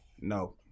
No